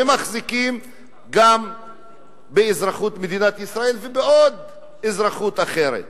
ומחזיקים גם באזרחות מדינת ישראל ובעוד אזרחות אחרת,